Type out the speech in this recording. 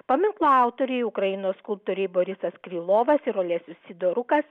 paminklo autoriai ukrainos skulptoriai borisas krylovas ir olesis sidorukas